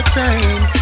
time